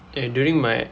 and during my